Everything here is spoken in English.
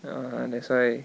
ya that's why